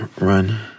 run